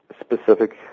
specific